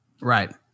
Right